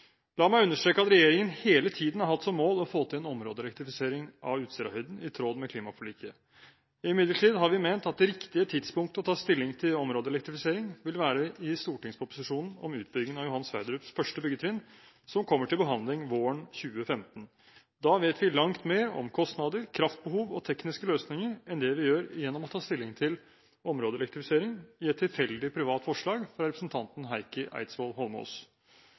La meg understreke at regjeringen hele tiden har hatt som mål å få til en områdeelektrifisering av Utsirahøyden i tråd med klimaforliket. Imidlertid har vi ment at det riktige tidspunktet å ta stilling til områdeelektrifisering ville være i stortingsproposisjonen om utbyggingen av Johan Sverdrups første byggetrinn, som kommer til behandling våren 2015. Da vet vi langt mer om kostnader, kraftbehov og tekniske løsninger enn det vi gjør gjennom å ta stilling til områdeelektrifisering i et tilfeldig privat forslag fra representanten Heikki Eidsvoll Holmås.